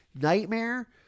nightmare